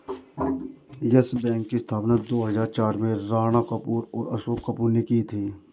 yes Bank की स्थापना दो हजार चार में राणा कपूर और अशोक कपूर ने की थी